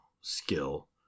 skill